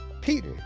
Peter